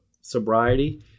sobriety